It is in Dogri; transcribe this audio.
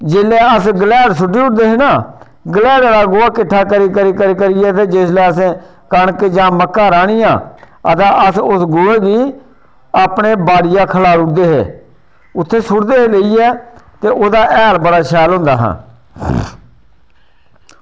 जेल्लै अस गलैह्ड़ सुट्टी ओड़दे हे ना ते गलैह्ड़े दा गोहा असें किट्ठा करी करी करी असें कनक जां मक्कां राह्नियां तां अस उस गोहै गी अपनी बाड़ियै खलारी ओड़दे हे उत्थें सुट्टदे हे जाइयै ते नुहाड़ा हैल बड़ा शैल होंदा हा